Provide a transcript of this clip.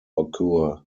occur